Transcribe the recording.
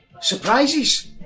surprises